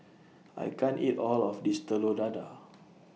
I can't eat All of This Telur Dadah